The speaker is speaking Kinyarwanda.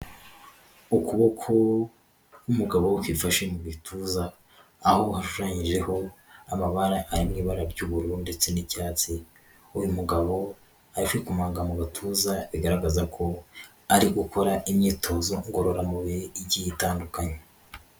Ukuboko k'umugabo wifashe mu gituza, aho hashushanyijeho amabara ari mu ibara ry'ubururu ndetse n'icyatsi, uyu mugabo ari kwikomanga mu gatuza bigaragaza ko ari gukora imyitozo ngororamubiri igiye itandukanye.